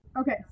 Okay